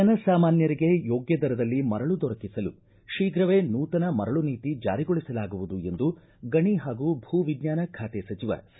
ಜನ ಸಾಮಾನ್ಯರಿಗೆ ಯೋಗ್ತ ದರದಲ್ಲಿ ಮರಳು ದೊರಕಿಸಲು ಶೀಘವೇ ನೂತನ ಮರಳು ನೀತಿ ಜಾರಿಗೊಳಿಸಲಾಗುವುದು ಎಂದು ಗಣಿ ಪಾಗೂ ಭೂ ವಿಜ್ಞಾನ ಖಾತೆ ಸಚಿವ ಸಿ